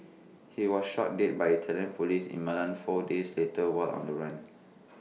he was shot dead by Italian Police in Milan four days later while on the run